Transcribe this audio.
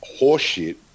horseshit